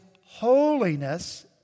holiness